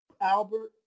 Albert